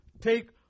take